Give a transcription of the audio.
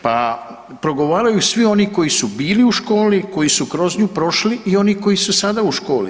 Pa progovaraju svi oni koji su bili u školi, koji su kroz nju prošli i oni koji su sada u školi.